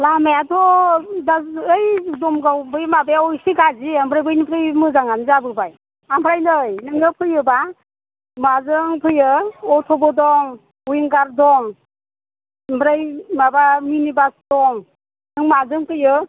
लामायाथ' दा ओइ दमगाव बै माबायाव एसे गाज्रि ओमफ्राय बैनिफ्राय मोजाङानो जाजोबाय आमफ्राय नै नोङो फैयोब्ला माजों फैयो अट'बो दं उइनगार दं ओमफ्राय माबा मिनि बास दं नों माजों फैयो